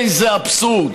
איזה אבסורד,